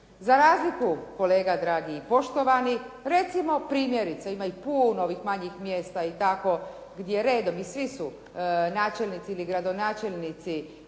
Za razliku, kolega dragi i poštovani, recimo primjerice, ima puno manjih mjesta gdje redom i svi su načelnici ili gradonačelnici